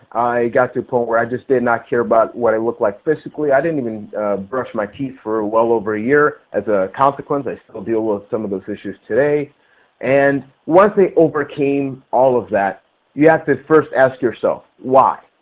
i got to the point where i just did not care about what i look like physcally. i didn't even brush my teeth for well over a year. as a consequence, i still deal with some of those issues today and what they overcame all of that you have to first ask yourself why.